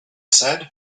said